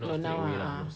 not now ah ah